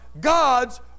God's